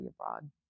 abroad